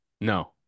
No